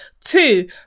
Two